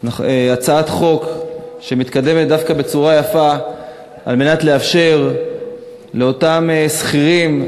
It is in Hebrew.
הצעת חוק שמתקדמת דווקא בצורה יפה על מנת לאפשר לאותם שכירים,